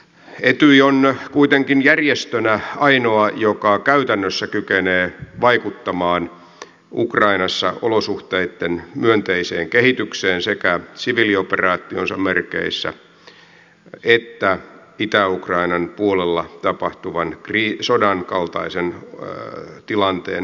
etyj on kuitenkin järjestönä ainoa joka käytännössä kykenee vaikuttamaan ukrainassa olosuhteitten myönteiseen kehitykseen sekä siviilioperaationsa merkeissä että itä ukrainan puolella tapahtuvan sodan kaltaisen tilanteen merkeissä